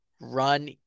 run